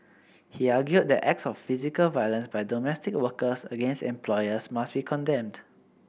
he argued that acts of physical violence by domestic workers against employers must be condemned